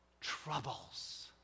troubles